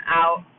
out